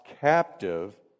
captive